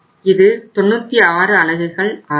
இது 96 அலகுகள் ஆகும்